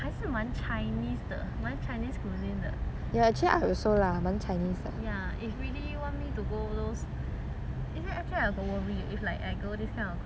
ya if really want me to go those actually I got worry leh if like I go this kind of korea japan country right if I eat their